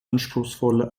anspruchsvolle